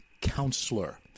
counselor